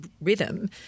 rhythm